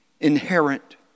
inherent